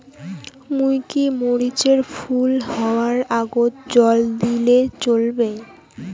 মুই কি মরিচ এর ফুল হাওয়ার আগত জল দিলে চলবে?